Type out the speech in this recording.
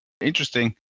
Interesting